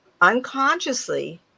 unconsciously